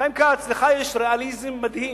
חיים כץ, לך יש ריאליזם מדהים.